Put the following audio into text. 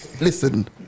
Listen